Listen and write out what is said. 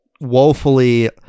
woefully